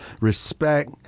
Respect